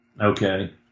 Okay